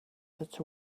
that